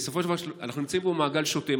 בסופו של דבר אנחנו נמצאים פה במעגל שוטה.